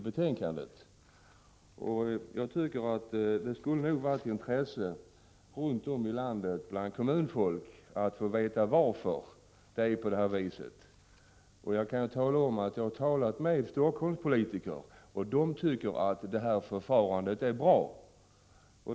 Det skulle nog vara av intresse bland kommunfolk runt om i landet att få Prot. 1985/86:87 veta varför det är på det här viset. Jag kan tala om att jag har talat med flera 26 februari 1986 Helsingforsspolitiker, som tycker att detta förfarande är bra.